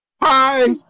Hi